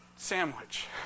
Sandwich